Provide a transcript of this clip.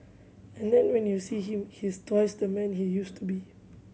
and then when you see him he is twice the man he used to be